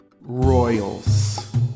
Royals